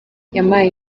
yampaye